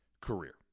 career